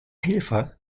helfer